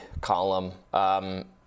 column